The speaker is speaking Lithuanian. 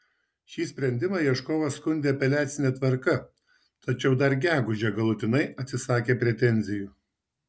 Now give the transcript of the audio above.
šį sprendimą ieškovas skundė apeliacine tvarka tačiau dar gegužę galutinai atsisakė pretenzijų